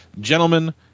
gentlemen